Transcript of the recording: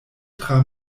tra